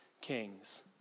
kings